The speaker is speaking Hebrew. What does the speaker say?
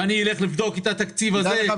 ואם אני אלך לבדוק את התקציב הזה -- תדע לך,